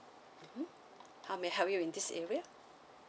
how may I help you in this area